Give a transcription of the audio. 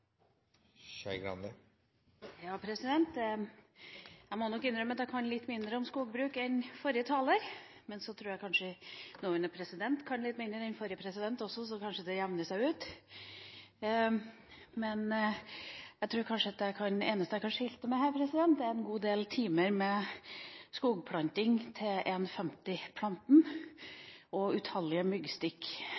må innrømme at jeg kan litt mindre om skogbruk enn forrige taler, men jeg tror nåværende president kanskje kan litt mindre enn forrige president også, så kanskje jevner det seg ut. Jeg tror at det eneste jeg kan skilte med her, er en god del timer med skogplanting til